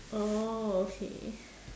oh okay